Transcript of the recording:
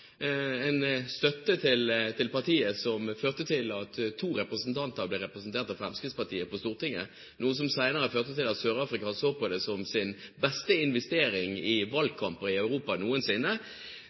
en støtte til partiet som førte til at Fremskrittspartiet ble representert av to representanter på Stortinget, noe som senere førte til at Sør-Afrika så på det som sin beste investering i